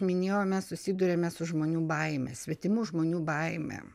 minėjom mes susiduriame su žmonių baime svetimų žmonių baime